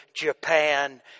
Japan